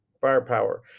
firepower